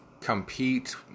compete